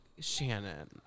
Shannon